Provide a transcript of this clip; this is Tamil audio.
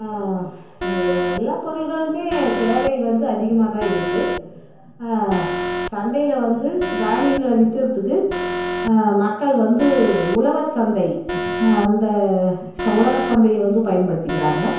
ஏ எல்லா பொருள்களுமே தேவை வந்து அதிகமாக தான் இருக்குது சந்தையில் வந்து தானியங்களை விற்கறத்துக்கு மக்கள் வந்து உழவர் சந்தை அந்த ஸ் உழவர் சந்தையை வந்து பயன்படுத்திக்கிறாங்க